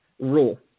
rule